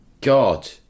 god